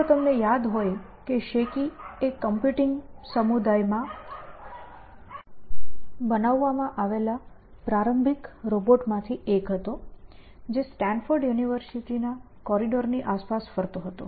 જો તમને યાદ હોય કે શેકી એ કમ્પ્યુટિંગ સમુદાયમાં બનાવવામાં આવેલા પ્રારંભિક રોબોટ માંથી એક હતો જે સ્ટેન્ફોર્ડ યુનિવર્સિટીના કોરિડોરની આસપાસ ફરતો હતો